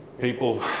People